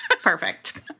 Perfect